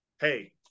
Hey